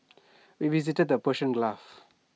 we visited the Persian